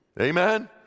Amen